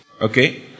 Okay